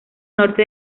norte